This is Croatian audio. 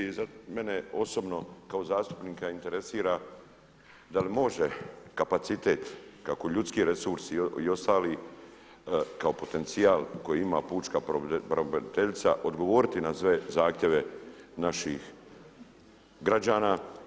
I mene osobno kao zastupnika interesira da li može kapacitet kako ljudski resursi i ostali kao potencijal koji ima pučka pravobraniteljica odgovoriti na sve zahtjeve naših građana?